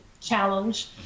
challenge